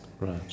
Right